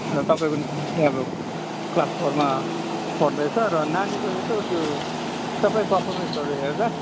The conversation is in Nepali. र तपाईँको नानी अब क्लास फोरमा पढ्दैछ र नानीको यसो त्यो सबै पर्फर्मेन्सहरू हेर्दा